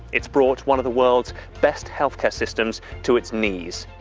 it's brought one of the world's best health care systems to its knees